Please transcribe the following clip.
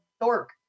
dork